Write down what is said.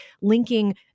linking